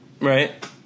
Right